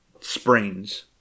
sprains